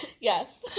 Yes